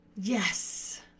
Yes